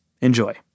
Enjoy